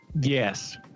Yes